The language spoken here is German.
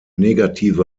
negative